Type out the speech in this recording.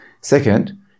second